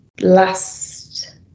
last